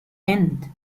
end